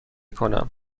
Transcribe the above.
کنم